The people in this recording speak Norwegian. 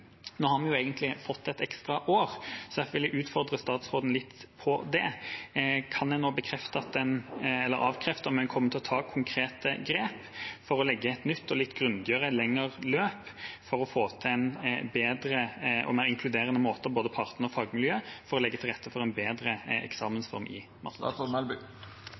Nå har vi jo egentlig fått et ekstra år, og derfor vil jeg utfordre statsråden litt på det. Kan en nå bekrefte, eller avkrefte, om en kommer til å ta konkrete grep – både partene og fagmiljøet – for å legge et nytt og litt grundigere og lengre løp for å få til en bedre og mer inkluderende måte å tilrettelegge eksamensformen på? Det er viktig at vi ikke kaster bort en